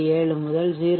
7 முதல் 0